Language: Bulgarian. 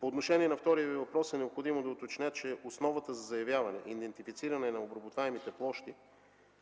По отношение на втория Ви въпрос е необходимо да уточня, че основата за заявяване – идентифициране, на обработваемите площи